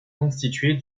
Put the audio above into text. constituée